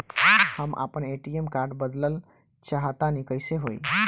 हम आपन ATM card बदलल चाह तनि कइसे होई?